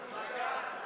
נתקבלה.